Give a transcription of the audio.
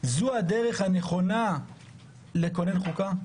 זו הדרך הנכונה לכונן חוקה?